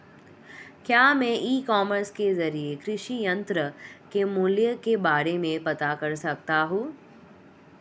क्या मैं e commerce के ज़रिए कृषि यंत्र के मूल्य के बारे में पता कर सकता हूँ?